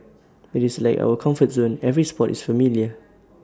IT is like our comfort zone every spot is familiar